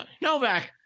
Novak